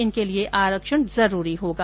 इनके लिए आरक्षण जरूरी होगा